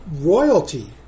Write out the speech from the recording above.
royalty